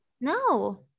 no